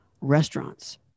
restaurants